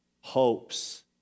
hopes